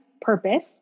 purpose